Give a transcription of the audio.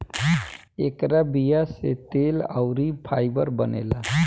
एकरा बीया से तेल अउरी फाइबर बनेला